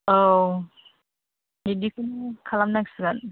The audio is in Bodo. औ बिदिखौनो खालामनांसिगोन